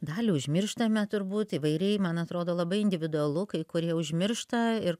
dalį užmirštame turbūt įvairiai man atrodo labai individualu kai kurie užmiršta ir